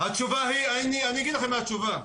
אני אגיד לכם מה היא התשובה,